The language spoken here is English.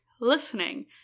Listening